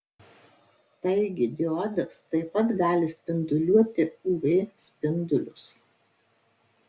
taigi diodas taip pat gali spinduliuoti uv spindulius